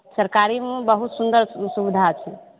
सरकारीमे बहुत सुन्दर सॅं सुबिधा छै